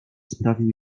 sprawił